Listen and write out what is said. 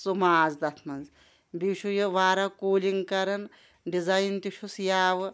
سُہ ماز تتھ منٛز بیٚیہِ چھُ یہِ واریاہ کوٗلنٛگ کران ڈزاین تہِ چُھس یاوٕ